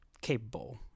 capable